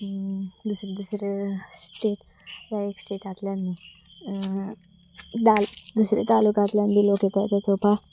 दुस दुसरे स्टेट एक स्टेटांतल्यान न्हू दुसऱ्या तालुकांतल्यान बी लोक येताय ते चोवपाक